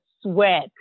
sweat